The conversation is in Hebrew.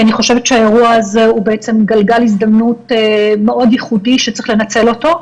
אני חושבת שהאירוע הזה הוא גלגל הזדמנות מאוד ייחודי שצריך לנצל אותו.